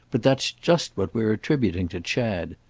but that's just what we're attributing to chad.